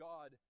God